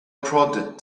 prodded